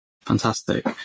Fantastic